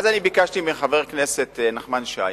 אני ביקשתי מחבר הכנסת נחמן שי,